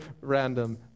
random